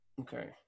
Okay